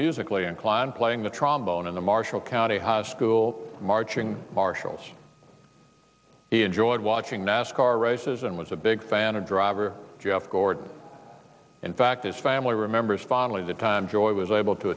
musically inclined playing the trombone in the marshall county high school marching marshals he enjoyed watching nascar races and was a big fan of driver jeff gordon in fact his family remembers spottily the time joy was able to